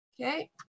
Okay